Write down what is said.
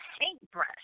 paintbrush